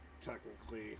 technically